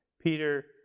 Peter